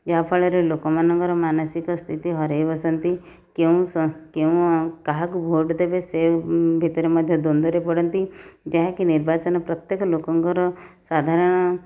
ଯାହାଫଳରେ ଲୋକମାନଙ୍କର ମାନସିକ ସ୍ଥିତି ହରାଇ ବସନ୍ତି କେଉଁ କେଉଁ କାହାକୁ ଭୋଟ ଦେବେ ସେହି ଭିତରେ ମଧ୍ୟ ଦ୍ୱନ୍ଦରେ ପଡ଼ନ୍ତି ଯାହାକି ନିର୍ବାଚନ ପ୍ରତ୍ୟେକ ଲୋକଙ୍କର ସାଧାରଣ